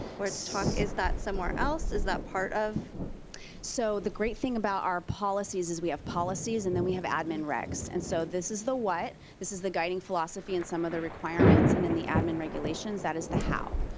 whereas talk is that somewhere else? is that part of so the great thing about our policies is we have policies and then we have admin refs and so this is the what, this is the guiding philosophy and some of the requirements and then the admin regulations, that is the how.